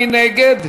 מי נגד?